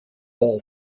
ball